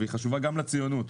והיא חשובה גם לציונות,